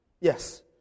Yes